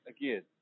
again